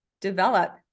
Develop